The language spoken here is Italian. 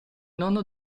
nonno